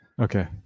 Okay